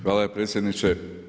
Hvala predsjedniče.